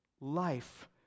life